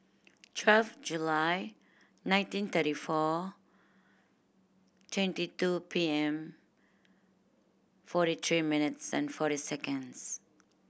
twelve July nineteen thirty four twenty two P M forty three minutes and forty seconds